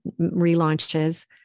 relaunches